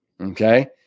Okay